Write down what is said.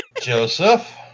Joseph